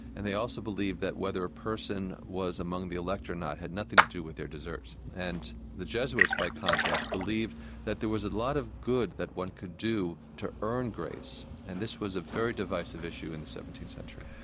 and they also believed that whether a person was among the elect or not, had nothing to do with their deserts. and the jesuits, by contrast, believed that there was a lot of good that one could do to earn grace, and this was a very divisive issue in the seventeenth century.